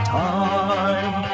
time